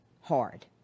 hard